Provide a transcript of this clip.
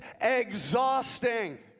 exhausting